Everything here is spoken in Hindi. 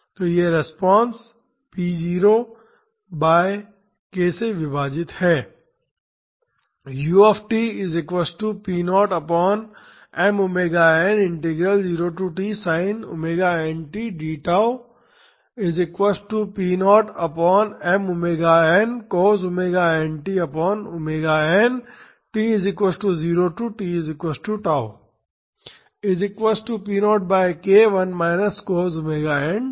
तो यह रिस्पांस p 0 बाई k से विभाजित है